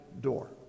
door